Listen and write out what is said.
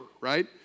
right